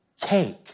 cake